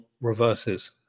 reverses